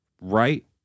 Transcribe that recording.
right